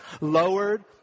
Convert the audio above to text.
lowered